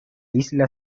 isla